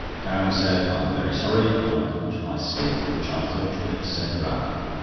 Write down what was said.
gowing said i'm very sorry, but i called for my stick, which i thought you would have sent round.